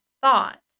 thought